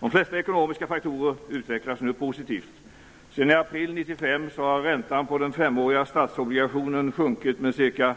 De flesta ekonomiska faktorer utvecklar sig nu positivt. Sedan i april 1995 har räntan på den femåriga statsobligationen sjunkit med ca